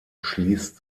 schließt